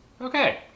Okay